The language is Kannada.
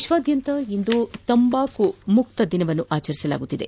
ವಿಶ್ಲಾದ್ಯಂತ ಇಂದು ತಂಬಾಕುರಹಿತ ದಿನ ಆಚರಿಸಲಾಗುತ್ತಿದೆ